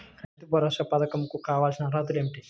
రైతు భరోసా పధకం కు కావాల్సిన అర్హతలు ఏమిటి?